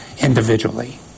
individually